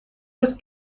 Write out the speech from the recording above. das